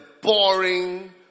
boring